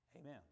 Amen